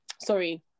sorry